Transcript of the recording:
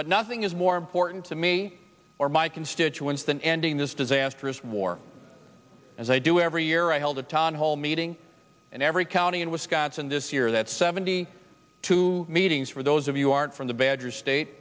but nothing is more important to me or my constituents than ending this disastrous war as i do every year i held a town hall meeting in every county in wisconsin this year that seventy two meetings for those of you aren't from the bad your state